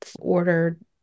ordered